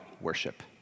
worship